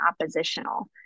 oppositional